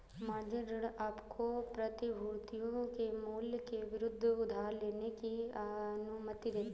margin ऋण आपको प्रतिभूतियों के मूल्य के विरुद्ध उधार लेने की अनुमति देता है